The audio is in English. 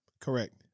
Correct